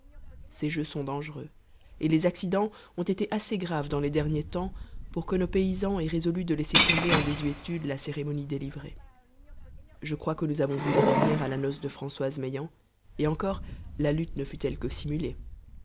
ces jeux sont dangereux et les accidents ont été assez graves dans les derniers temps pour que nos paysans aient résolu de laisser tomber en désuétude la cérémonie des livrées je crois que nous avons vu la dernière à la noce de françoise meillant et encore la lutte ne fut-elle que simulée